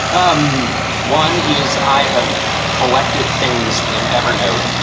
um one is i have collected things in evernote.